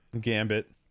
Gambit